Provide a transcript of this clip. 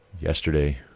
yesterday